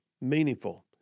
meaningful